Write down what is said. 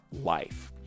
life